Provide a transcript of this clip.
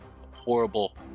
horrible